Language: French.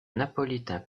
napolitain